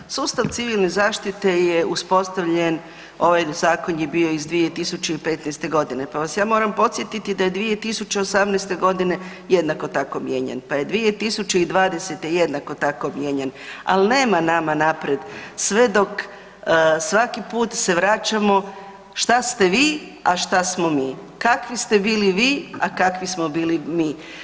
Dakle, sustav Civilne zaštite je uspostavljen, ovaj zakon je bio iz 2015. godine pa vas ja moram podsjetiti da je 2018. godine jednako tako mijenjan, pa je 2020. jednako tako mijenjan ali nema nama naprijed sve dok svaki put se vraćamo šta ste vi, a šta smo mi, kakvi ste bili vi, a kakvi smo bili mi.